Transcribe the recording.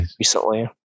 recently